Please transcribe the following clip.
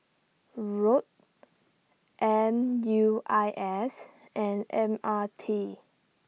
Rod M U I S and M R T